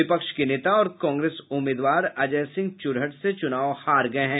विपक्ष के नेता और कांग्रेस उम्मीदवार अजय सिंह चुरहट से चुनाव हार गए हैं